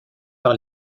par